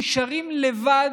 נשארים לבד,